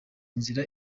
inzira